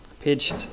page